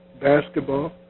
basketball